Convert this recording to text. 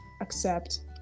accept